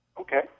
Okay